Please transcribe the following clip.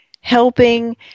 helping